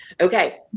Okay